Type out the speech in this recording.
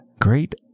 great